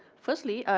firstly,